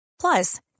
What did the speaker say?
Plus